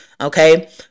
Okay